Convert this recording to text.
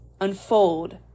unfold